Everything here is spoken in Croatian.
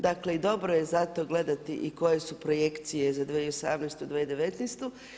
Dakle i dobro je zato gledati i koje su projekcije za 2018., 2019.